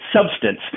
substance